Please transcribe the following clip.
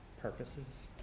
purposes